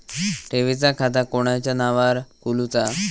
ठेवीचा खाता कोणाच्या नावार खोलूचा?